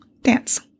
dance